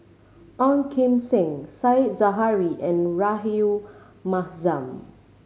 Ong Kim Seng Said Zahari and Rahayu Mahzam